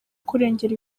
kurengera